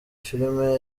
film